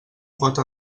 quota